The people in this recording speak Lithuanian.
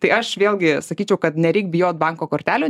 tai aš vėlgi sakyčiau kad nereik bijot banko kortelių